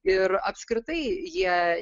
ir apskritai jie